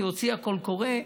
היא הוציאה קול קורא,